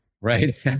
Right